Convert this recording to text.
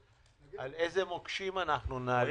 על איזה מוקשים אנחנו נעלה.